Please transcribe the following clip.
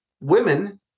women